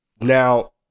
Now